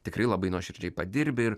tikrai labai nuoširdžiai padirbi ir